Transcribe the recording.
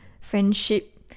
friendship